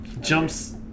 jumps